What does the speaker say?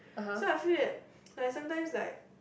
so I feel that like sometimes like